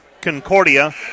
Concordia